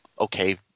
okay